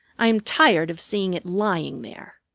i am tired of seeing it lying there.